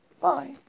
Bye